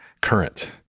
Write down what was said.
current